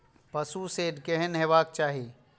पशु शेड केहन हेबाक चाही?